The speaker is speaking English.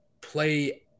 play